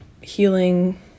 healing